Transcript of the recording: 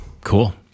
Cool